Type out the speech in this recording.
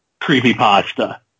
creepypasta